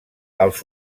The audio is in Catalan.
als